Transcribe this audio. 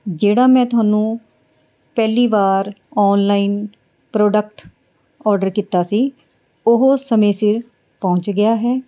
ਜਿਹੜਾ ਮੈਂ ਤੁਹਾਨੂੰ ਪਹਿਲੀ ਵਾਰ ਔਨਲਾਈਨ ਪ੍ਰੋਡਕਟ ਔਡਰ ਕੀਤਾ ਸੀ ਉਹ ਸਮੇਂ ਸਿਰ ਪਹੁੰਚ ਗਿਆ ਹੈ